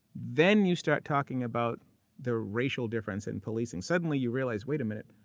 then you start talking about the racial difference in policing. suddenly, you realize, wait a minute,